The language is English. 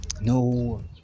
No